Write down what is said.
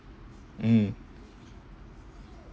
mm